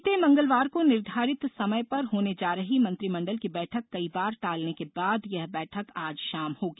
बीते मंगलवार को निर्धारित समय पर होने जा रही मंत्रिमंडल की बैठक कई बार टालने के बाद यह बैठक आज शाम होगी